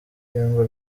cyangwa